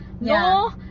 No